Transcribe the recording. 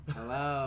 hello